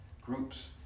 groups